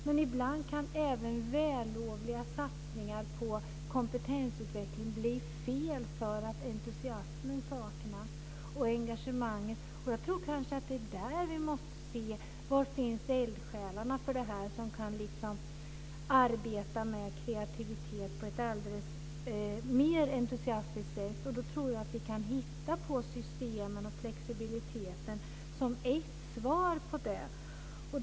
Men ibland kan även vällovliga satsningar på kompetensutveckling bli fel för att entusiasmen och engagemanget saknas. Jag tror kanske att vi måste se var eldsjälarna finns, som kan arbeta med kreativitet på ett mer entusiastiskt sätt. Då tror jag att vi kan hitta systemen och flexibiliteten, som ett svar på det här.